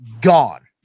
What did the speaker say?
Gone